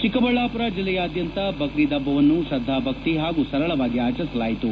ಚಿಕ್ಕಬಳ್ಳಾಮರ ಜಿಲ್ಲೆಯಾದ್ಯಂತ ಬಕ್ರೀದ್ ಪಟ್ಲವನ್ನು ಶ್ರದ್ಧಾ ಭಕ್ತಿ ಹಾಗೂ ಸರಳವಾಗಿ ಆಚರಿಸಲಾಯಿತು